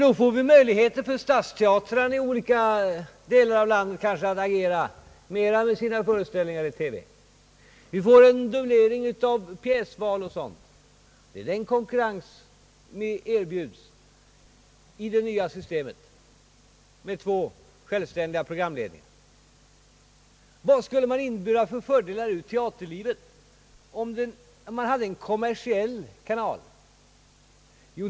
Då får också stadsteatrar i olika delar av landet möjligheter att måhända agera mera med sina föreställningar i TV. Vi får en dubblering av pjäsval bland annat. Det är den konkurrensen som erbjuds i det nya systemet med två självständiga programledningar. Vilka fördelar för teaterlivet skulle man vinna med en kommersiell kanal?